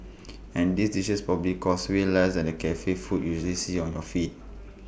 and these dishes probably cost way less than the Cafe food you usually see on your feed